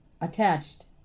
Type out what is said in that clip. attached